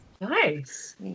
Nice